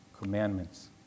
commandments